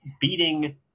beating –